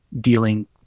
dealing